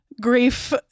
grief